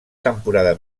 temporada